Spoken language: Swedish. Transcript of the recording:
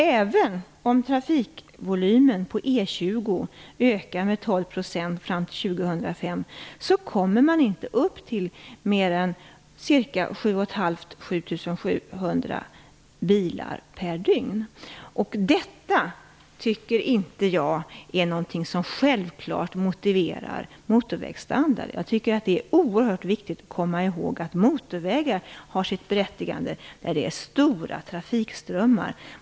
Även om trafikvolymen på E 20 ökar med 12 % fram till år 2005, kommer det inte att vara fråga om mer än 7 500-7 700 bilar per dygn. Jag tycker inte att detta är någonting som självklart motiverar motorvägsstandard. Det är oerhört viktigt att komma ihåg att motorvägar har sitt berättigande när det är stora trafikströmmar.